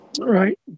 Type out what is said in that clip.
right